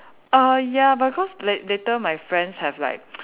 err ya but cause lat~ later my friends have like